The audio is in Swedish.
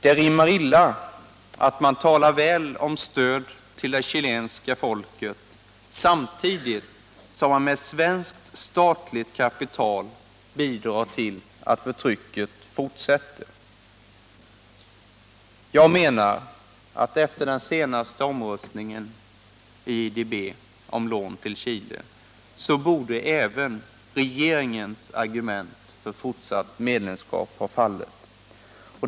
Det rimmar illa när man talar väl om stöd till det chilenska folket och samtidigt med svenskt statligt kapital bidrar till att förtrycket fortsätter. Jag menar att efter den senaste omröstningen i IDB om lån till Chile borde även regeringens argument för ett fortsatt medlemskap ha fallit.